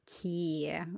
key